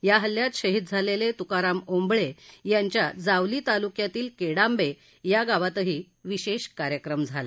या हल्यात शहीद झालेले त्काराम ओंबळे यांच्या जावली तालुक्यातील केडांबे या गावातही विशेष कार्यक्रम झाला